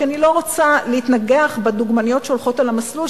כי אני לא רוצה להתנגח בדוגמניות שהולכות על המסלול,